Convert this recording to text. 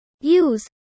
Use